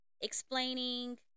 explaining